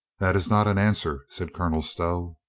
that is not an answer, said colonel stow.